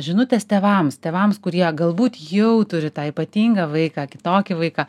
žinutės tėvams tėvams kurie galbūt jau turi tą ypatingą vaiką kitokį vaiką